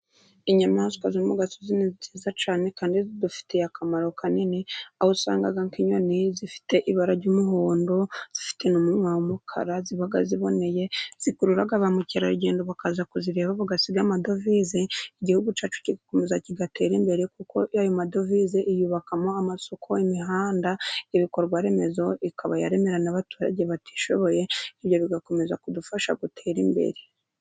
Inyamaswa zo mu gasozi ni nziza cyane kandi zidufitiye akamaro kanini, aho usanga nk'inyoni zifite ibara ry'umuhondo, zifite umunwa wumukara ziba ziboneye zikururara ba mukerarugendo bakaza kuzireba, bagasiga amadovize igihugu cyacu kigakomeza kigatera imbere, kuko ayo madovize iyubakamo amasoko, imihanda, ibikorwa remezo, ikaba yaremera n'abaturage batishoboye, ibyo bigakomeza kudufasha gutera imbere.